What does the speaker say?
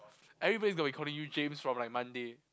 everybody calling you James from like Monday